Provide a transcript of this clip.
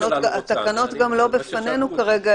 התקנות גם לא בפנינו כרגע,